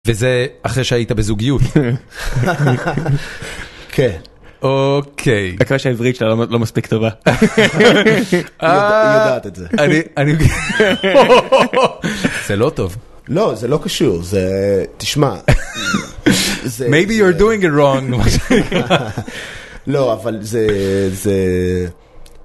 וזה אחרי שהיית בזוגיות. כן. אוקיי. מקווה שהעברית שלה לא מספיק טובה. היא יודעת את זה. אני... אני... זה לא טוב. לא, זה לא קשור. זה... תשמע. maybe you're doing it wrong. לא, אבל זה... זה...